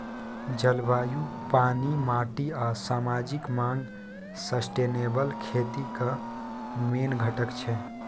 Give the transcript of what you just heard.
जलबायु, पानि, माटि आ समाजिक माँग सस्टेनेबल खेतीक मेन घटक छै